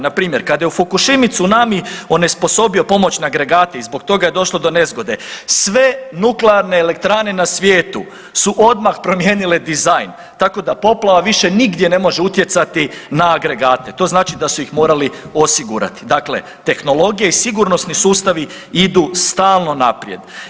Npr. kada je u Fukušimi tsunami onesposobio pomoć na agregate i zbog toga je došlo zbog nezgode sve nuklearne elektrane na svijetu su odmah promijenile dizajn, tako da poplava više nigdje ne može utjecati na agregate, to znači da su ih morali osigurati, dakle tehnologije i sigurnosni sustavi idu stalno naprijed.